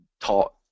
taught